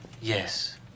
Yes